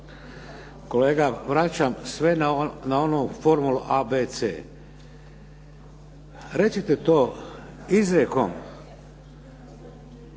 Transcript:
Kolega, vraćam sve na onu formulu a, b, c. Recite to izrijekom